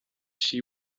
she